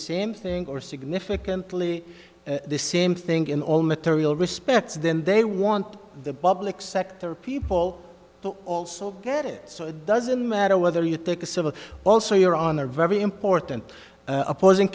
same thing or significantly the same thing in all material respects then they want the public sector people but also get it so it doesn't matter whether you take a civil also you're on a very important opposing